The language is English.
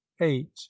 eight